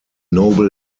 noble